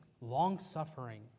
long-suffering